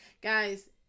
Guys